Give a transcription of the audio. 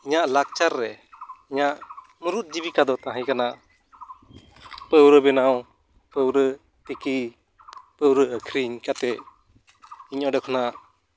ᱤᱧᱟᱹᱜ ᱞᱟᱠᱪᱟᱨ ᱨᱮ ᱤᱧᱟᱹᱜ ᱢᱩᱬᱩᱫ ᱡᱤᱵᱤᱠᱟ ᱫᱚ ᱛᱟᱦᱮᱸᱠᱟᱱᱟ ᱯᱟᱹᱣᱨᱟᱹ ᱵᱮᱱᱟᱣ ᱯᱟᱹᱣᱨᱟᱹ ᱛᱤᱠᱤ ᱯᱟᱹᱣᱨᱟᱹ ᱟᱹᱠᱷᱨᱤᱧ ᱠᱟᱛᱮ ᱤᱧ ᱚᱸᱰᱮ ᱠᱷᱚᱱᱟᱜ